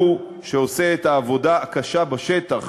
הוא שעושה את העבודה הקשה בשטח,